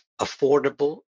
affordable